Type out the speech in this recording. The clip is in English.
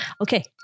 Okay